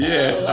Yes